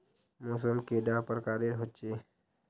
मौसम कैडा प्रकारेर होचे?